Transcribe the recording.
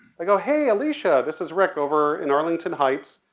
i go, hey, alicia, this is rick over in arlington heights,